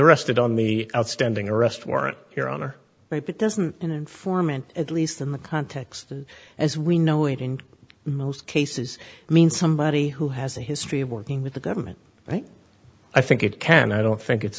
arrested on the outstanding arrest warrant your honor it doesn't informant at least in the context as we know it in most cases i mean somebody who has a history of working with the government but i think it can i don't think it's